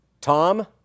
Tom